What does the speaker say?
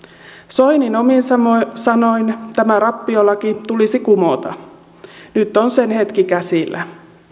soinin omin sanoin tämä rappiolaki tulisi kumota nyt on sen hetki käsillä